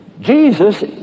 Jesus